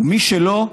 ומי שלא,